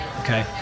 Okay